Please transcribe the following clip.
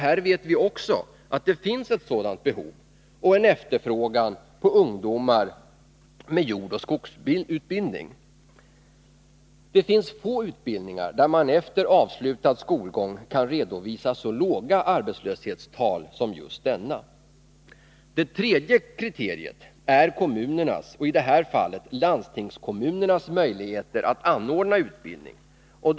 Här vet vi också att det finns ett sådant behov och en efterfrågan på ungdomar med jordbruksoch skogsbruksutbildning. Det finns få utbildningar där man efter avslutad skolgång kan redovisa så låga arbetslöshetstal som just denna. Det tredje kriteriet är kommunernas — i det här fallet landstingskommunernas — möjligheter att anordna utbildningen.